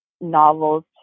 novels